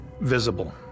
visible